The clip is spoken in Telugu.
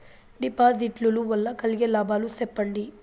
డిపాజిట్లు లు వల్ల కలిగే లాభాలు సెప్పండి?